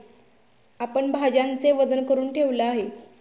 आपण भाज्यांचे वजन करुन ठेवले आहे